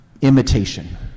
imitation